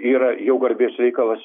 yra jau garbės reikalas